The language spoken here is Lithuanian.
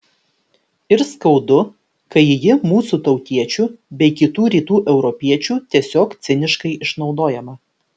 ir skaudu kai ji mūsų tautiečių bei kitų rytų europiečių tiesiog ciniškai išnaudojama